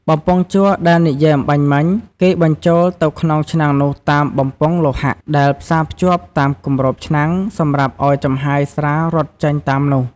បំពង់ជ័រដែលនិយាយអម្បាញ់មិញ គេបញ្ចូលទៅក្នុងឆ្នាំងនោះតាមបំពង់លោហៈដែលផ្សាភ្ជាប់តាមគម្របឆ្នាំងសម្រាប់ឲ្យចំហាយស្រារត់ចេញតាមនោះ។